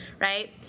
right